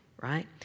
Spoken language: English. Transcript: right